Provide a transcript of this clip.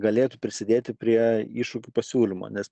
negalėtų prisidėti prie iššūkių pasiūlymo nes